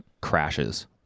crashes